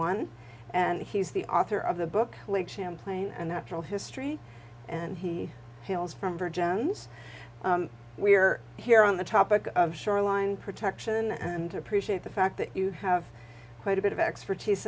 one and he's the author of the book lake champlain and natural history and he hails from virgin's we're here on the topic of shoreline protection and appreciate the fact that you have quite a bit of expertise